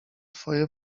twoje